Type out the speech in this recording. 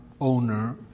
owner